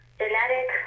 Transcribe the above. genetic